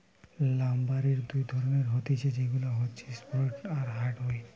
লাম্বারের দুই ধরণের হতিছে সেগুলা হচ্ছে সফ্টউড আর হার্ডউড